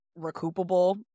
recoupable